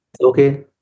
Okay